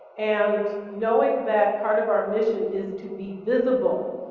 and knowing that part of our mission is to be visible,